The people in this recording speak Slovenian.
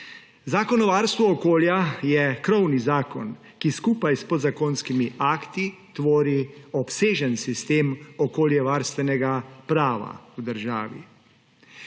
Zakon o varstvu okolja je krovni zakon, ki skupaj s podzakonskimi akti tvori obsežen sistem okoljevarstvenega prava v državi.